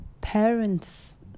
parents